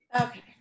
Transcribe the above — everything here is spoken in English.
Okay